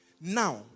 Now